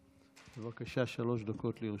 בבקשה, שלוש דקות לרשותך.